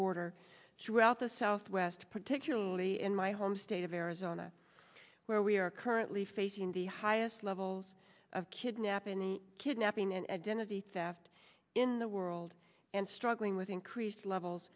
border throughout the southwest particularly in my home state of arizona where we are currently facing the highest levels of kidnapping and kidnapping and identity theft in the world and struggling with increased levels